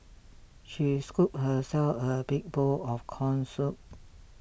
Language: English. she scooped herself a big bowl of Corn Soup